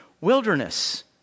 Wilderness